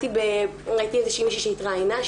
ראיתי איזושהי מישהו שהתראיינה,